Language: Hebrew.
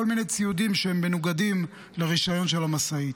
מיני ציודים שהם מנוגדים לרישיון של המשאית.